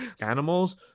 animals